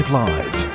live